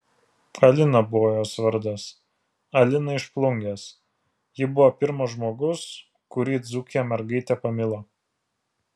alina buvo jos vardas alina iš plungės ji buvo pirmas žmogus kurį dzūkė mergaitė pamilo